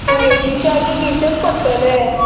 मागीर waiting charges दिवचेच पडटले